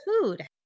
food